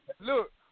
look